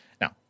Now